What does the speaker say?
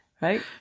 Right